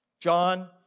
John